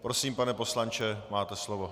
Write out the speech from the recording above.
Prosím, pane poslanče, máte slovo.